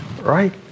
right